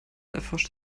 erforscht